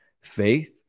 faith